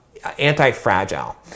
anti-fragile